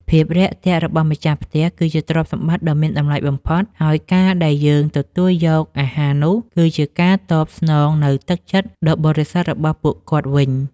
ភាពរាក់ទាក់របស់ម្ចាស់ផ្ទះ គឺជាទ្រព្យដ៏មានតម្លៃបំផុត ហើយការដែលយើងទទួលយកអាហារនោះ គឺជាការតបស្នងនូវទឹកចិត្តដ៏បរិសុទ្ធរបស់ពួកគាត់វិញ។